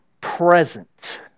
present